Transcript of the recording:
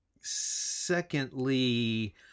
secondly